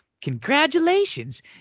Congratulations